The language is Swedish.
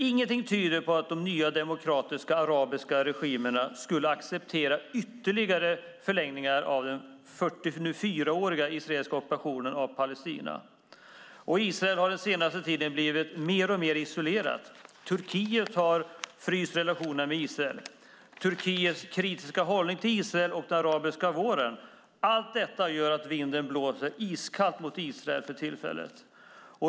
Ingenting tyder på att de nya demokratiska arabiska regimerna skulle acceptera ytterligare förlängningar av den nu 44-åriga israeliska ockupationen av Palestina. Israel har den senaste tiden blivit alltmer isolerat. Turkiet har fryst relationerna med Israel. Turkiets kritiska hållning till Israel och den arabiska våren gör att vinden blåser iskallt mot Israel för tillfället.